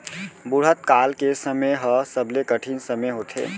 बुढ़त काल के समे ह सबले कठिन समे होथे